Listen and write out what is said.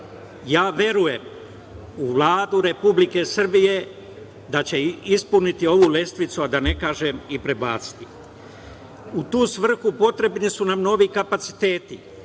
Verujem u Vladu Republike Srbije da će ispuniti ovu lestvicu, a da ne kažem i prebaciti. U tu svrhu potrebni su nam novi kapaciteti,